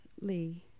Lee